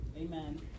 Amen